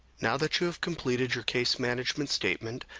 now that you have completed your case management statement,